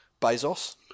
Bezos